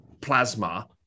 plasma